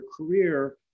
career